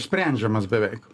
sprendžiamas beveik